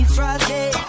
Friday